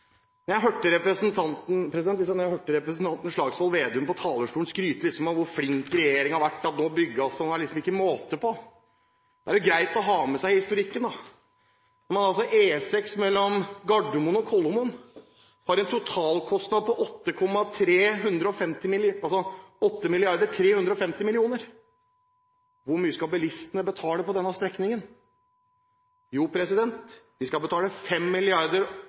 jeg hørte representanten Slagsvold Vedum på talerstolen skryte av hvor flink regjeringen har vært, og av at det nå bygges – det er liksom ikke måte på – er det jo greit å ha med seg historikken. Når E6 mellom Gardermoen og Kolomoen har en totalkostnad på 8,35 mrd. kr, hvor mye skal bilistene betale på denne strekningen? Jo, de skal betale 5,85 mrd. kr for å bygge veien – til investering. De skal betale